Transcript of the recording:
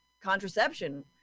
contraception